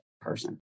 person